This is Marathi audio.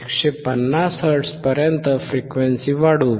150 Hz पर्यंत फ्रिक्वेन्सी वाढवू